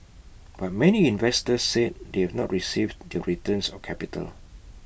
but many investors said they have not received their returns or capital